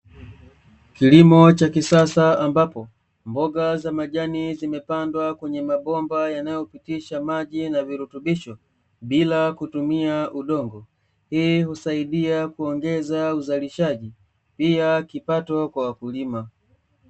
Kilimo cha kisasa, ambapo mboga za majani zimepandwa kwenye mabomba yanayopitisha maji na virutubisho, bila kutumia udongo. Hii husaidia kuongeza uzalishaji, pia kipato kwa wakulima.